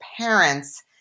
parents